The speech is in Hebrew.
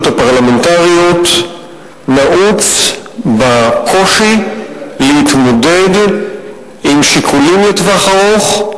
הפרלמנטריות נעוץ בקושי להתמודד עם שיקולים לטווח ארוך.